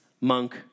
monk